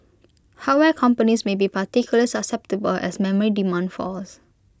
hardware companies may be particularly susceptible as memory demand falls